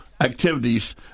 activities